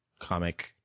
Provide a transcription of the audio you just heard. comic